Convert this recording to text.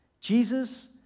Jesus